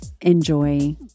enjoy